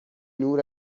نور